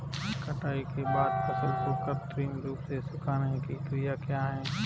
कटाई के बाद फसल को कृत्रिम रूप से सुखाने की क्रिया क्या है?